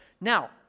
Now